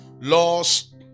laws